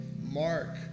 mark